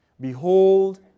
Behold